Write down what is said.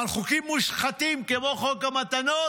אבל חוקים מושחתים כמו חוק המתנות,